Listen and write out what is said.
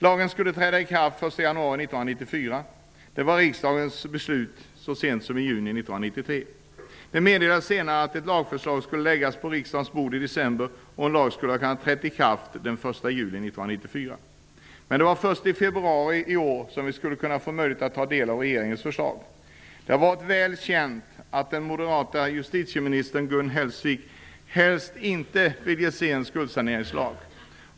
Lagen skulle träda i kraft den 1 januari 1994. Det var riksdagens beslut så sent som i juni 1993. Det meddelades senare att ett lagförslag skulle läggas på riksdagens bord i december. En lag kunde träda i kraft den 1 juli 1994. Men det var först i februari i år som vi skulle få möjlighet att ta del av regeringens förslag. Det har varit väl känt att den moderata justitieministern Gun Hellsvik helst inte ville se en skuldsaneringslag.